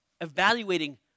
evaluating